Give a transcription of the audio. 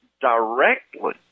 directly